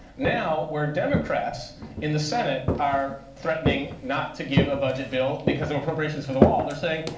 now, we're democrats in the senate are threatening not to give a budget bill because of appropriations for the wall. they're saying,